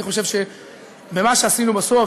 אני חושב שבמה שעשינו בסוף,